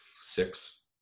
six